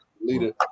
leader